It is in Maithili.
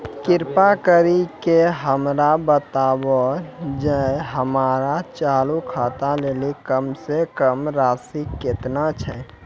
कृपा करि के हमरा बताबो जे हमरो चालू खाता लेली कम से कम राशि केतना छै?